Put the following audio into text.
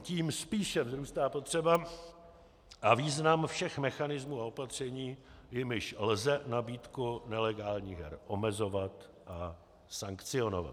Tím spíše vzrůstá potřeba a význam všech mechanismů a opatření, jimiž lze nabídku nelegálních her omezovat a sankcionovat.